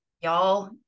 Y'all